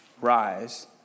Rise